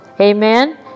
Amen